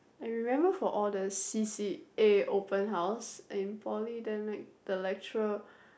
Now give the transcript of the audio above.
I remember for all the C_C_A open house in poly then like the lecturer